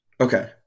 Okay